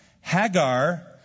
Hagar